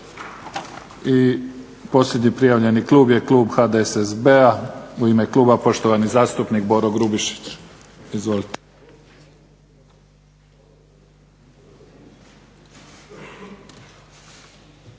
I posljednji prijavljeni klub je klub HDSSB-a. U ime kluba poštovani zastupnik Boro Grubišić. Izvolite.